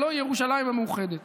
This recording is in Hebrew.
הלוא היא ירושלים המאוחדת.